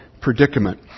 predicament